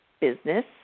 business